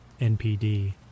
NPD